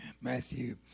Matthew